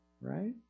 Right